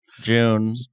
June